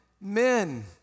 men